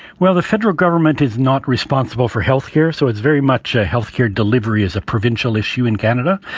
well, the federal government is not responsible for health care, so it's very much a health care delivery is a provincial issue in canada.